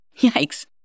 Yikes